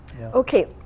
Okay